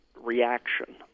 reaction